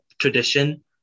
tradition